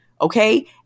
okay